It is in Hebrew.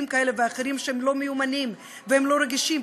כאלה ואחרים שהם לא מיומנים והם לא רגישים,